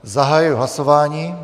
Zahajuji hlasování.